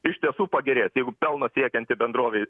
iš tiesų pagerėja tai jeigu pelno siekianti bendrovė